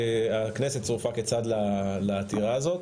הכנסת צורפה כצד לעתירה הזאת,